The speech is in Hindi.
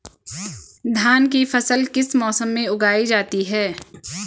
धान की फसल किस मौसम में उगाई जाती है?